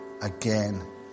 again